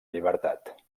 llibertat